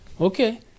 Okay